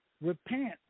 Repent